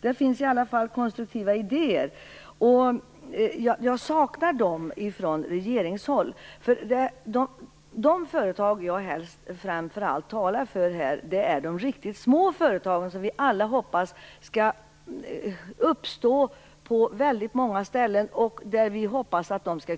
Där finns i varje fall konstruktiva idéer, vilket jag saknar från regeringshåll. De företag jag framför allt talar för är de riktigt små företagen, de som vi alla hoppas skall uppstå på väldigt många ställen och